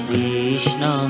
Krishna